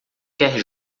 quer